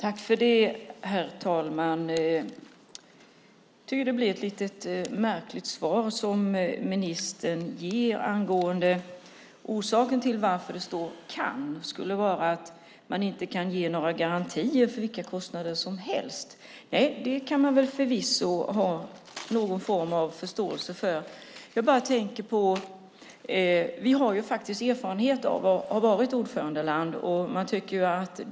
Herr talman! Det är ett lite märkligt svar som ministern ger. Orsaken till att det står "kan" skulle vara att man inte kan ge några garantier för vilka kostnader som helst. Det kan man förvisso ha någon form av förståelse för. Vi har erfarenhet av att ha varit ordförandeland.